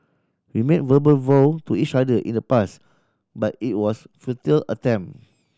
we made verbal vow to each other in the pass but it was futile attempt